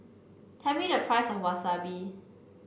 tell me the price of Wasabi